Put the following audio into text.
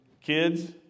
Kids